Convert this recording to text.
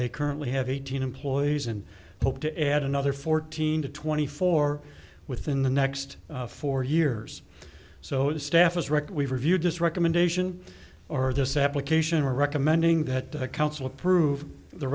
they currently have eighteen employees and hope to add another fourteen to twenty four within the next four years so the staff is wrecked we've reviewed this recommendation or this application recommending that the council approve the